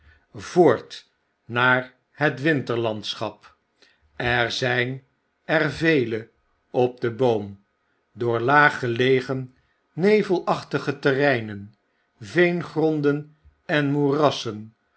voort naar het winterlandschap er zyn er vele op den boom i door laag gelegen nevelachtige terreinen veengronden en'moerassen